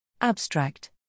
Abstract